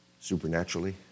supernaturally